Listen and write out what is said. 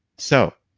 so,